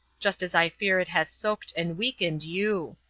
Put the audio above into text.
just as i fear it has soaked and weakened you.